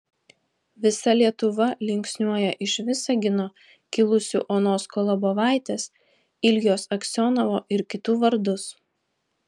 visa lietuva linksniuoja iš visagino kilusių onos kolobovaitės iljos aksionovo ir kitų vardus